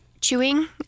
chewing